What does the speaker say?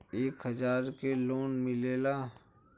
एक हजार के लोन मिलेला?